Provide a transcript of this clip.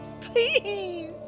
please